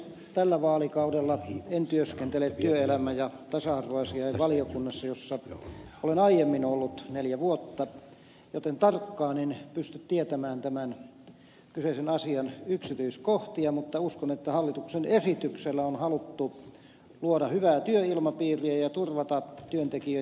tällä vaalikaudella en työskentele työelämä ja tasa arvovaliokunnassa jossa olen aiemmin ollut neljä vuotta joten tarkkaan en pysty tietämään tämän kyseisen asian yksityiskohtia mutta uskon että hallituksen esityksellä on haluttu luoda hyvää työilmapiiriä ja turvata työntekijöitten oikeuksia